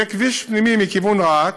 שיהיה כביש פנימי מכיוון רהט